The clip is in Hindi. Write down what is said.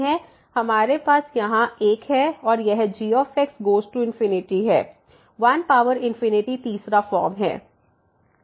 हमारे यहां 1 है और यह g गोज़ टू है 1 पावर इंफिनिटी तीसरा फॉर्म है